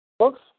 Folks